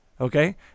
Okay